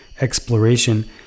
exploration